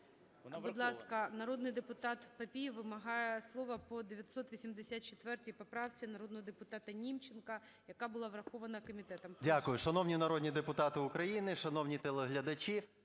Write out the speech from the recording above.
Будь ласка, народний депутат Папієв вимагає слова по 984 поправці народного депутата Німченка, яка була врахована комітетом. Прошу. 13:44:29 ПАПІЄВ М.М. Дякую. Шановні народні депутати України, шановні телеглядачі!